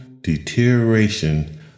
deterioration